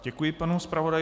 Děkuji panu zpravodaji.